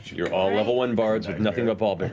you're all level one bards with nothing but ball but